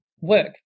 work